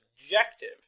objective